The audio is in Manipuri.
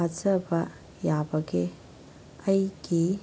ꯊꯥꯖꯕ ꯌꯥꯕꯒꯦ ꯑꯩꯒꯤ